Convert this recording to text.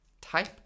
type